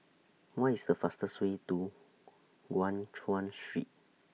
What IS The fastest Way to Guan Chuan Street